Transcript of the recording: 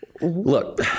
Look